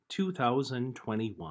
2021